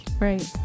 right